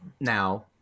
now